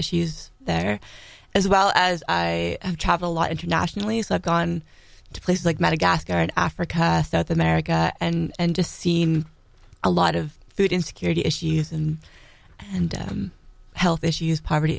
issues there as well as i travel a lot internationally so i've gone to places like madagascar in africa south america and just seem a lot of food insecurity issues and and health issues poverty